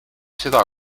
seda